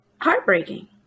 heartbreaking